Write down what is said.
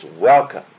welcome